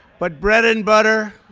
but bread and butter,